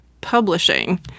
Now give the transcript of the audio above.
publishing